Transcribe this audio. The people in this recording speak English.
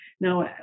Now